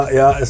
ja